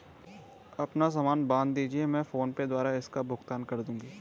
आप सामान बांध दीजिये, मैं फोन पे द्वारा इसका भुगतान कर दूंगी